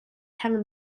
thang